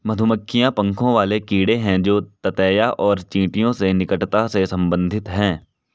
मधुमक्खियां पंखों वाले कीड़े हैं जो ततैया और चींटियों से निकटता से संबंधित हैं